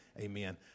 amen